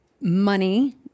money